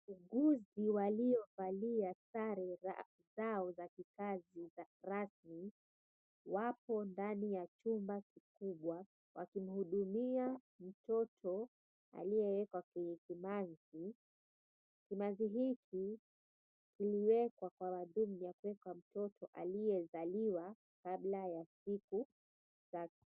wauguzi waliovalia sare zao za kizazi za rasmi wapo ndani ya chumba kikubwa wakimhudumia mtoto aliyewekwa kwenye kimanzi. Kimanzi hiki kiliwekwa kwa ajili ya kuweka mtoto aliyezaliwa kabla ya siku zake.